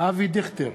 אבי דיכטר,